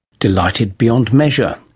delighted beyond measure.